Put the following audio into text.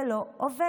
זה לא עובד.